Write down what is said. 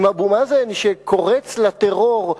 עם אבו מאזן שקורץ לטרור,